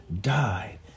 died